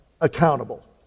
accountable